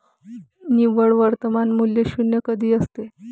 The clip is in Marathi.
निव्वळ वर्तमान मूल्य शून्य कधी असते?